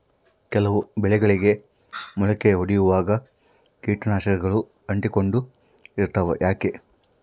ಕೆಲವು ಬೆಳೆಗಳಿಗೆ ಮೊಳಕೆ ಒಡಿಯುವಾಗ ಕೇಟನಾಶಕಗಳು ಅಂಟಿಕೊಂಡು ಇರ್ತವ ಯಾಕೆ?